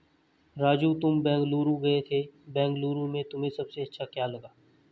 राजू तुम बेंगलुरु गए थे बेंगलुरु में तुम्हें सबसे अच्छा क्या लगा?